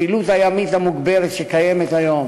הפעילות הימית המוגברת שקיימת היום,